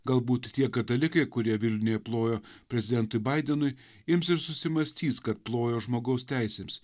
galbūt tie katalikai kurie vilniuje plojo prezidentui baidenui ims ir susimąstys kad plojo žmogaus teisėms